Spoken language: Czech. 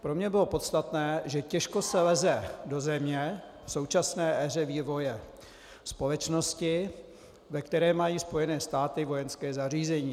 Pro mě bylo podstatné, že těžko se leze do země v současné éře vývoje společnosti, ve které mají Spojené státy vojenské zařízení.